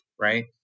Right